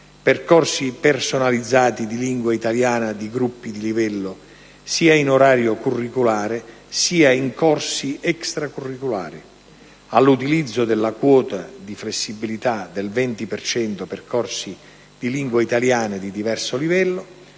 percorsi personalizzati di lingua italiana di gruppi di livello, sia in orario curricolare sia in corsi extracurricolari; all'utilizzo della quota di flessibilità del 20 per cento per corsi di lingua italiana di diverso livello;